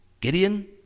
Gideon